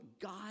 God